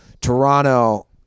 Toronto